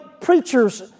preachers